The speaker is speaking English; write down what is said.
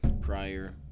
prior